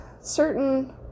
certain